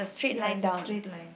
ya it's a straight line